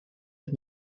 het